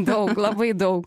daug labai daug